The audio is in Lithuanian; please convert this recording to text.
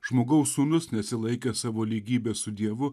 žmogaus sūnus nesilaikęs savo lygybės su dievu